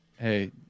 Hey